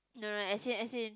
no no no as in as in